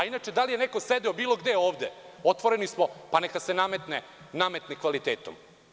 Inače, da li je neko sedeo bilo gde ovde, otvoreni smo, pa neka se nametne kvalitetom.